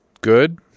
good